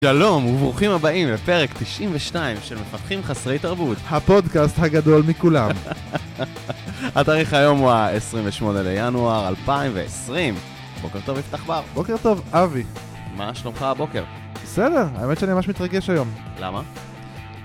שלום, וברוכים הבאים לפרק 92 של מפתחים חסרי תרבות. הפודקאסט הגדול מכולם. התאריך היום הוא ה-28 לינואר 2020. בוקר טוב, יפתח בר. בוקר טוב, אבי. מה, שלומך הבוקר. בסדר, האמת שאני ממש מתרגש היום. למה?